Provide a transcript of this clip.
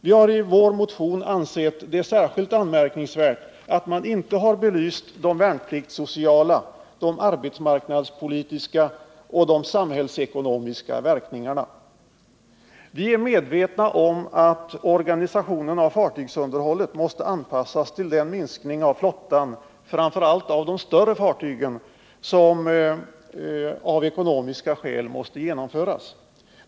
Vi har i vår motion framhållit att det är särskilt anmärkningsvärt att man inte har belyst de värnpliktssociala, de arbetsmarknadspolitiska och de samhällsekonomiska verkningarna. Vi är medvetna om att organisationen av fartygsunderhållet måste anpassas till den minskning av flottan — framför allt av de större fartygen — som av ekonomiska skäl måste genomföras.